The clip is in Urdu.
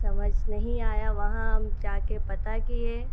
سمجھ نہیں آیا وہاں ہم جا کے پتہ کیے